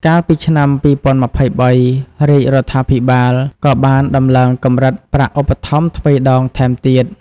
កាលពីឆ្នាំ២០២៣ រាជរដ្ឋាភិបាលក៏បានដំឡើងកម្រិតប្រាក់ឧបត្ថម្ភទ្វេដងថែមទៀត។